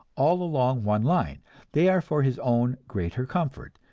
all along one line they are for his own greater comfort,